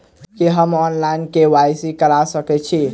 की हम online, KYC करा सकैत छी?